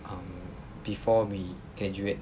um before we graduate